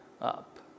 up